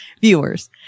Viewers